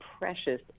precious